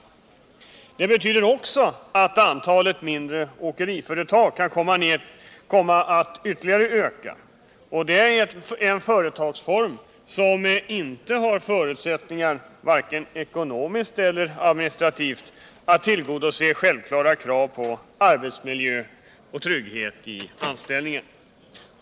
Detta betyder också att antalet mindre åkeriföretag kan komma att ytterligare öka, och det är en företagsform som inte har förutsättningar vare sig ekonomiskt eller administrativt att tillgodose självklara krav på arbetsmiljö och trygghet i anställningen.